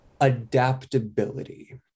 Adaptability